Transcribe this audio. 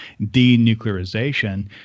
denuclearization